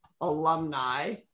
alumni